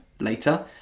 later